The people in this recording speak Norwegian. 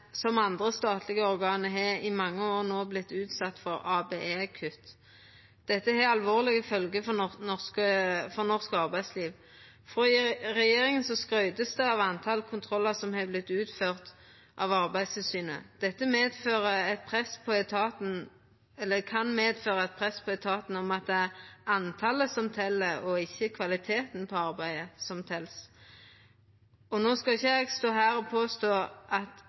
som andre statlege organ, har i mange år vorte utsett for ABE-kutt. Dette har alvorlege følgjer for norsk arbeidsliv. Regjeringa skryter av talet på kontrollar som har vorte utførte av Arbeidstilsynet. Dette kan medføra eit press på etaten om at det er talet som tel, og ikkje kvaliteten på arbeidet som tel. No skal ikkje eg stå her og påstå at